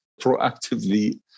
proactively